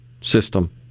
system